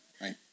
right